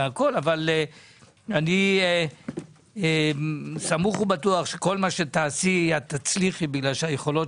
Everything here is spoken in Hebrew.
אבל אני סמוך ובטוח שכל מה שתעשי את תצליחי מכיוון שהיכולות